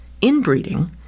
inbreeding